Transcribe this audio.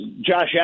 Josh